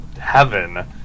heaven